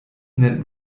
nennt